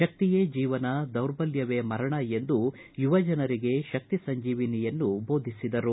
ಶಕ್ತಿಯೇ ಜೀವನ ದೌರ್ಬಲ್ಯವೇ ಮರಣ ಎಂದು ಯುವಜನರಿಗೆ ಶಕ್ತಿಸಂಜೀವಿನಿಯನ್ನು ಬೋಧಿಸಿದರು